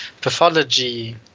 pathology